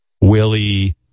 Willie